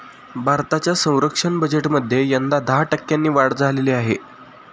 भारताच्या संरक्षण बजेटमध्ये यंदा दहा टक्क्यांनी वाढ झालेली आहे